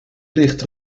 ligt